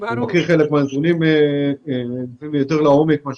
הוא מכיר חלק מהנתונים לפעמים יותר לעומק ממה